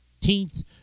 18th